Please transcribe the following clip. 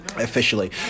Officially